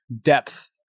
depth